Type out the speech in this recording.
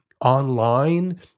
online